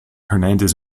hernandez